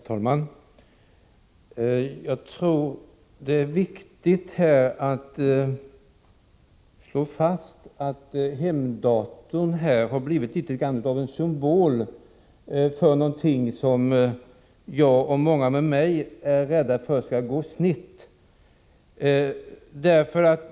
Herr talman! Jag tror att det är viktigt att slå fast att hemdatorn har blivit litet av en symbol för någonting som jag och många med mig är rädda för skall gå snett.